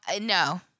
no